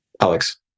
Alex